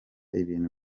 ibintu